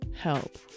help